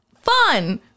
fun